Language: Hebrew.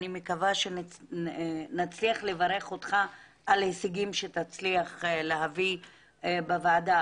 אני מקווה שנצליח לברך אותך על הישגים שתצליח להביא בוועדה,